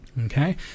Okay